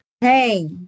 Hey